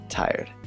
tired